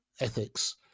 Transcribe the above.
ethics